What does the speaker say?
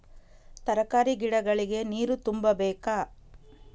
ತರಕಾರಿ ಗಿಡಗಳಿಗೆ ನೀರು ತುಂಬಬೇಕಾ?